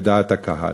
בדעת הקהל.